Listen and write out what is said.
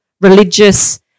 religious